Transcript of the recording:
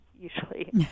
usually